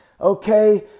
okay